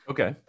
Okay